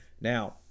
Now